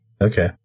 Okay